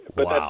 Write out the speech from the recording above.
Wow